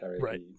Right